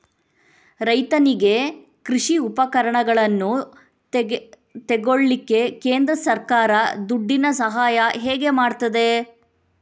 ರೈತನಿಗೆ ಕೃಷಿ ಉಪಕರಣಗಳನ್ನು ತೆಗೊಳ್ಳಿಕ್ಕೆ ಕೇಂದ್ರ ಸರ್ಕಾರ ದುಡ್ಡಿನ ಸಹಾಯ ಹೇಗೆ ಮಾಡ್ತದೆ?